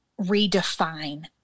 redefine